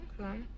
Okay